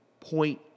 point